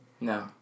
No